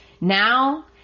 Now